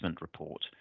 Report